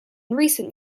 recent